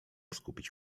skupić